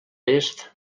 est